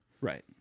right